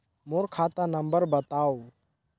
मोर खाता नम्बर बताव?